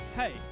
Hey